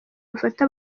bafata